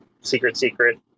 secret-secret